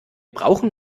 brauchen